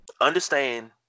understand